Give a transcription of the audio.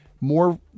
more